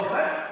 זה הכול.